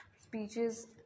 speeches